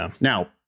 Now